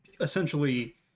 essentially